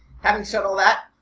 having said all that,